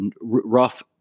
rough